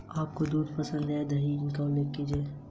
गैर वित्तीय संस्था क्या है?